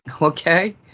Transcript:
okay